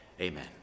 Amen